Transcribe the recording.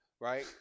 right